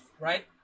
Right